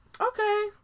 Okay